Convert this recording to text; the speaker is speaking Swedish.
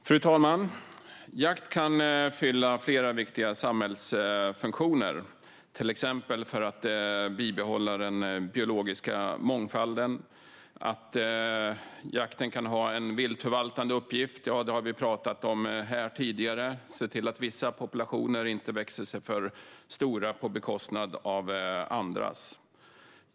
Fru talman! Jakt kan fylla flera viktiga samhällsfunktioner, till exempel för att bibehålla den biologiska mångfalden. Att jakten kan ha en viltförvaltande uppgift har vi talat om här tidigare. Genom jakten kan man se till att vissa populationer inte växer sig för stora på bekostnad av andra.